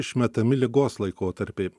išmetami ligos laikotarpiai